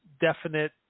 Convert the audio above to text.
definite